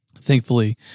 Thankfully